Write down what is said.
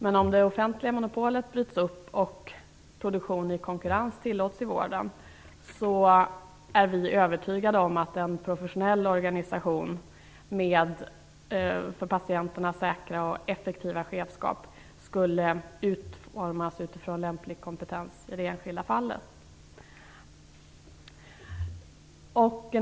Men om det offentliga monopolet bryts upp och produktion i konkurrens tillåts inom vården är vi övertygade om att en professionell organisation med för patienterna säkra och effektiva chefskap skulle utformas utifrån lämplig kompetens i de enskilda fallen.